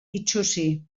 itsusi